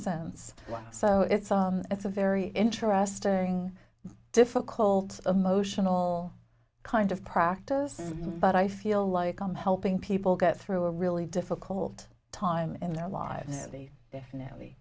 since so it's a it's a very interesting difficult emotional kind of practice but i feel like i'm helping people get through a really difficult time in their lives so they definitely